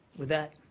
with that